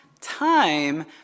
time